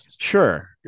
Sure